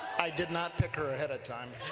i did not pick her ahead of time